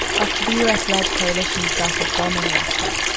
after the u s led coalition started bombing raqqa,